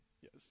Yes